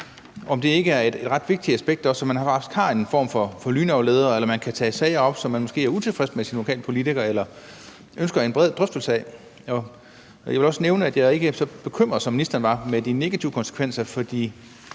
Er det ikke også et ret vigtigt aspekt, så man har en form for lynafleder eller kan tage sager op, som man måske er utilfreds med sine lokale politikere med, eller som man ønsker en bred drøftelse af? Jeg vil også nævne, at jeg ikke er så bekymret, som ministeren er, over de negative konsekvenser.